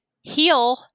heal